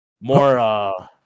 more